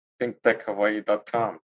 thinktechhawaii.com